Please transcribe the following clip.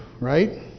right